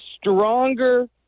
stronger